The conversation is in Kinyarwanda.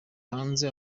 hanze